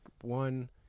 one